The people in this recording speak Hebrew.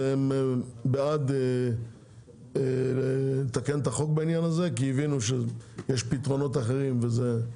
בעד לתקן את החוק בעניין כי הבינו שיש פתרונות אחרים בעניין.